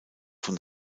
von